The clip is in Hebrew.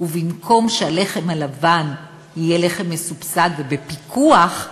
במקום שהלחם הלבן יהיה לחם מסובסד ובפיקוח,